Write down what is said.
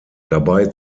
dabei